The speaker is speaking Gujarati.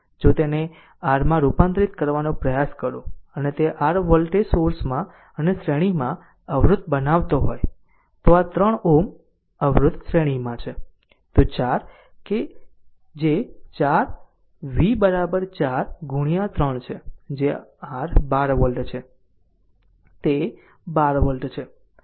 જો તેને r માં રૂપાંતરિત કરવાનો પ્રયાસ કરો તેને તે r વોલ્ટેજ સોર્સમાં અને શ્રેણીમાં અવરોધ બનાવવો હોય તો આ 3 Ω અવરોધ શ્રેણીમાં છે તો 4 કે જે v બરાબર 4 ગુણ્યા 3 છે જે r 12 વોલ્ટ છે તે 12 વોલ્ટ છે